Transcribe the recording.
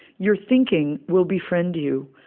your thinking will befriend you.